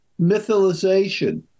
mythalization